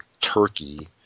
Turkey